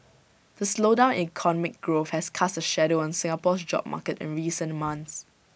the slowdown in economic growth has cast A shadow on Singapore's job market in recent months